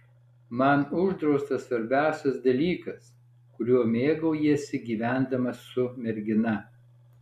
man uždraustas svarbiausias dalykas kuriuo mėgaujiesi gyvendamas su mergina